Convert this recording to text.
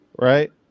Right